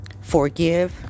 forgive